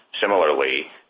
similarly